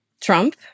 Trump